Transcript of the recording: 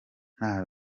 nta